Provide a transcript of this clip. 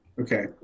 Okay